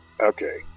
Okay